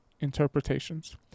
interpretations